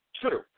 true